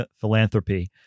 philanthropy